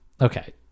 Okay